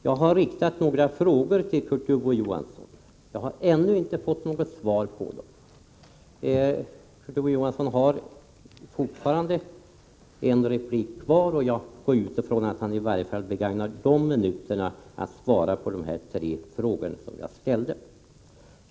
Jag har riktat några frågor till Kurt Ove Johansson. Jag har ännu inte fått några svar på dem. Kurt Ove Johansson har fortfarande en replik kvar, och jag utgår från att han i varje fall begagnar de minuterna till att svara på de tre frågor som jag har ställt.